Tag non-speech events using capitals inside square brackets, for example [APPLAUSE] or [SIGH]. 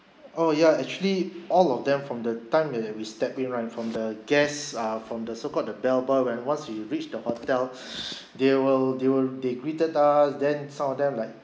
oh ya actually all of them from the time at that we step in right from the guests uh from the so called the bell boy when once we reach the hotel [BREATH] they will they will they greeted us then some of them like